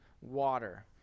water